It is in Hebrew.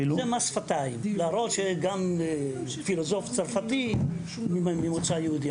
אפילו --- זהו מס שפתיים; להראות פילוסוף צרפתי ממוצא יהודי.